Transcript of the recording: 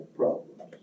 problems